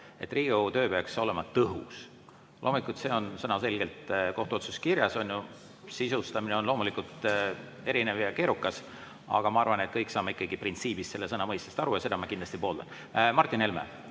Riigikogu töö peaks olema tõhus. See on sõnaselgelt kohtuotsuses kirjas, [ettekande] sisustamine on loomulikult erinev ja keerukas, aga ma arvan, et me kõik saame ikkagi printsiibis selle sõna mõttest aru ja seda ma kindlasti pooldan. Martin Helme,